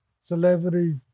Celebrity